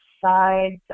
sides